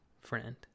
friend